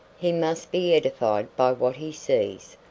he must be edified by what he sees.